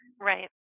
Right